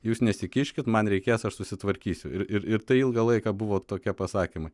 jūs nesikiškit man reikės aš susitvarkysiu ir ir tai ilgą laiką buvo tokie pasakymai